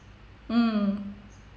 mm